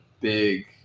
big –